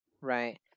right